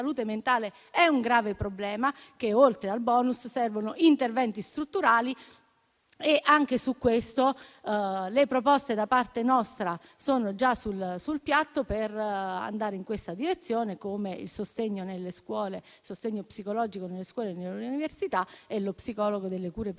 la salute mentale è un grave problema; e che, oltre al *bonus*, servono interventi strutturali. Anche al riguardo, le proposte da parte nostra sono già sul piatto per andare in questa direzione, come il sostegno psicologico nelle scuole e nell'università e lo psicologo delle cure primarie